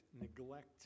neglect